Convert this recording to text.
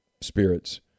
spirits